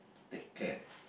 take care